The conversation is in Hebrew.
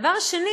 והדבר השני